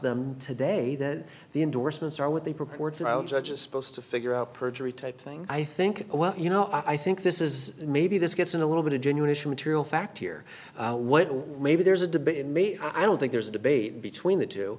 them today that the endorsements are what they purport to judge is supposed to figure out perjury type thing i think well you know i think this is maybe this gets in a little bit of genuine issue material fact here what maybe there's a debate in me i don't think there's a debate between the two